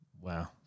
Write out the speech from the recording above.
Wow